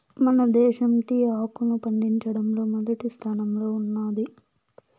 మన దేశం టీ ఆకును పండించడంలో మొదటి స్థానంలో ఉన్నాది